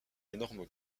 énorme